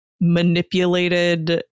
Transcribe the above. manipulated